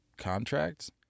Contracts